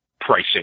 pricing